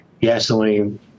gasoline